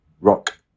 rock